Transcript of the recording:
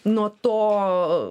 nuo to